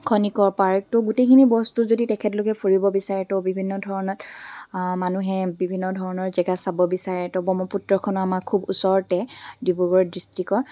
খনিকৰ পাৰ্কটো গোটেইখিনি বস্তু যদি তেখেতলোকে ফুৰিব বিচাৰে তো বিভিন্ন ধৰণত মানুহে বিভিন্ন ধৰণৰ জেগা চাব বিচাৰে তো ব্ৰহ্মপুত্ৰখনো আমাৰ খুব ওচৰতে ডিব্ৰুগড় ডিষ্টিকৰ